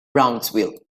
brownsville